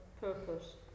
purpose